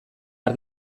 har